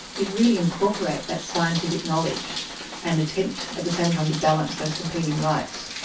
is really incorporate that scientific knowledge and attempt at the same time, to balance those competing rights.